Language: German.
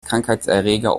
krankheitserreger